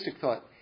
thought